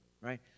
right